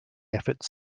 efforts